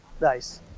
Nice